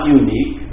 unique